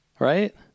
right